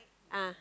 ah